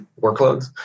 workloads